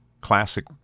classic